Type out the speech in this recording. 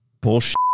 bullshit